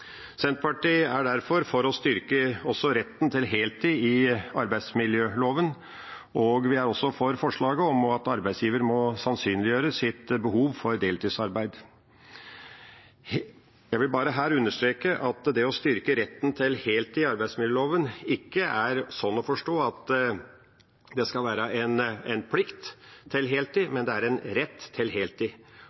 Senterpartiet er derfor for å styrke retten til heltid i arbeidsmiljøloven, og vi er også for forslaget om at arbeidsgiveren må sannsynliggjøre sitt behov for deltidsarbeid. Jeg vil her understreke at det å styrke retten til heltid i arbeidsmiljøloven ikke er sånn å forstå at det skal være en plikt til heltid, men en rett til heltid.